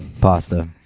pasta